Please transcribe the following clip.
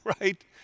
right